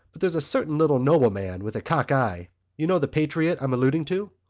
but there's a certain little nobleman with a cock-eye you know the patriot i'm alluding to?